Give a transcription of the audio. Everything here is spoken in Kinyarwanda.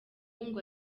ngo